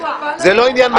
זה לא עניין מצחיק.